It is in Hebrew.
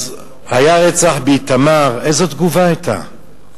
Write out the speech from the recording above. היה רצח באיתמר, איזו תגובה היתה?